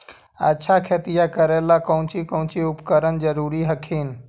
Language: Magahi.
अच्छा खेतिया करे ला कौची कौची उपकरण जरूरी हखिन?